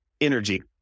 energy